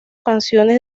canciones